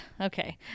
Okay